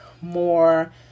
more